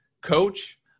coach